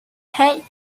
hey